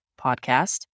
podcast